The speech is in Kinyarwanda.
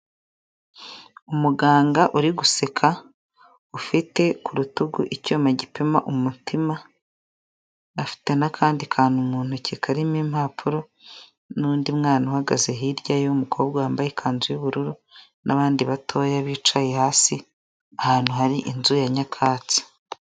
Umuganga uri guseka, ufite ku rutugu icyuma gipima umutima, afite n'akandi kantu mu ntoki karimo impapuro, n'undi mwana uhagaze hirya we w'umukobwa wambaye ikanzu y'ubururu n'abandi batoya bicaye hasi, ahantu hari inzu ya nyakatsi.